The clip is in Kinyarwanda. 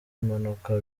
impanuka